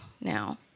now